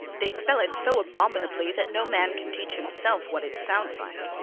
they spell it so abominably that no man can teach himself what it sounds like.